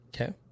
Okay